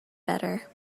better